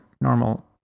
normal